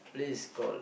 place called